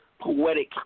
poetic